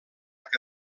que